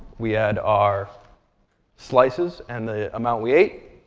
we add our slices and the amount we ate,